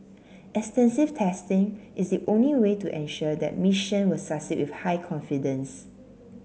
extensive testing is the only way to ensure the mission will succeed with high confidence